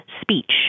speech